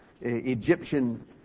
Egyptian